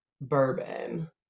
bourbon